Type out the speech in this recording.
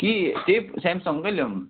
कि त्यही स्यामसङ्गकै ल्याऊँ